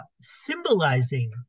symbolizing